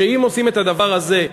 שאם עושים את הדבר הזה,